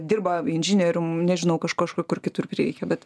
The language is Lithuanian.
dirba inžinierium nežinau kažkur kur kitur prireikia bet